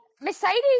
Mercedes